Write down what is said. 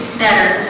better